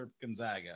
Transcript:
Gonzaga